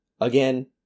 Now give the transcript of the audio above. again